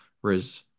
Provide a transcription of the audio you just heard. whereas